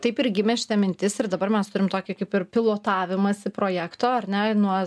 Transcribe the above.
taip ir gimė šita mintis ir dabar mes turim tokį kaip ir pilotavimąsi projekto ar ne nuo